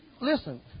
Listen